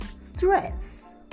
stress